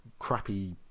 Crappy